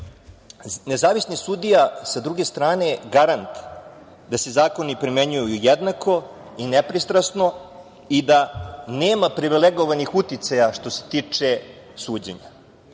Nezavisni sudija sa druge strane je garant da se zakoni primenjuju jednako, nepristrasno i da nema privilegovanih uticaja što se tiče suđenja. Sada,